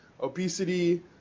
Obesity